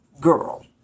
girl